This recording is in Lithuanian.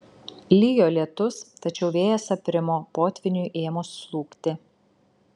lijo lietus tačiau vėjas aprimo potvyniui ėmus slūgti